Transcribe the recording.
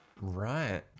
Right